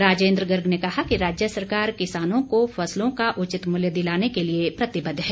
राजेंद्र गर्ग ने कहा कि राज्य सरकार किसानों को फसलों का उचित मूल्य दिलाने के लिए प्रतिबद्ध है